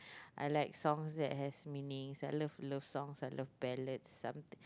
I like songs that has meaning I love love song I love ballad something